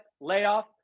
layoff